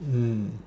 mm